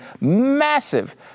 massive